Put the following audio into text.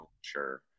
sure